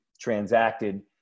Transacted